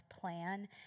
plan